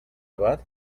abad